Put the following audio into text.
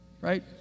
right